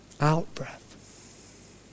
Out-breath